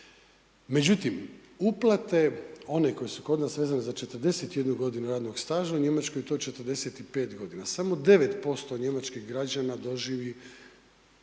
Međutim, uplate one koje su kod nas vezane za 41 godinu radnog staža, u Njemačkoj je to 45 godina. Samo 9% njemačkih građana doživi